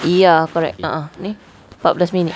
ya correct a'ah empat belas minute